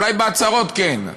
אולי בהצהרות כן,